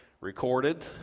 recorded